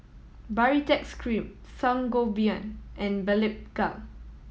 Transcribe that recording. Baritex Cream Sangobion and Blephagel